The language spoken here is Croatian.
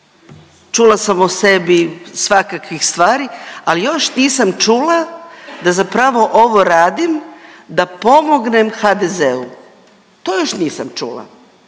čula sam o sebi svakakvih stvari, ali još nisam čula da zapravo ovo radim da pomognem HDZ-u, to još nisam čula.